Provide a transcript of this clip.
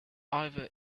either